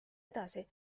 edasi